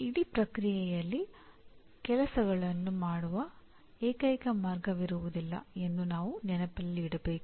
ಈ ಇಡೀ ಪ್ರಕ್ರಿಯೆಯಲ್ಲಿ ಕೆಲಸಗಳನ್ನು ಮಾಡುವ ಏಕೈಕ ಮಾರ್ಗವಿರುವುದಿಲ್ಲ ಎಂದು ನಾವು ನೆನಪಿನಲ್ಲಿಡಬೇಕು